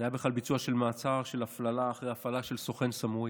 זה היה בכלל ביצוע של מעצר של הפללה אחרי הפעלה של סוכן סמוי.